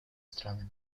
странами